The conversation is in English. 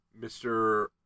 Mr